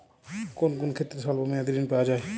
কোন কোন ক্ষেত্রে স্বল্প মেয়াদি ঋণ পাওয়া যায়?